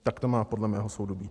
Tak to má podle mého soudu být.